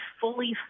fully